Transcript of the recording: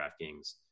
DraftKings